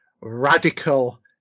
radical